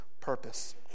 purpose